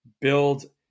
build